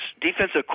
defensive